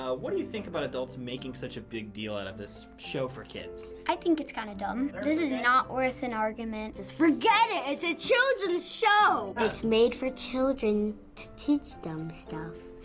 ah what do you think about adults making such a big deal out of this show for kids? i think it's kinda dumb. this is not worth an argument. just forget it! it's a children's show! it's made for children to teach them stuff,